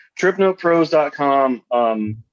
Tripnotepros.com